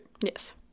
yes